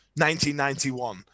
1991